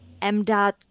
MDOT